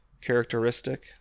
characteristic